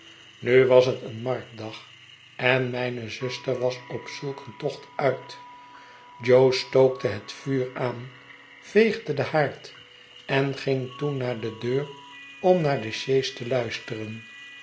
nu was het een marktdag en mijne zuster was op zulk eentochtuit jo stookte het vuur aan veegde den haard en ging toen naar de deur om naar de sjees te luisteren